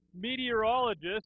meteorologist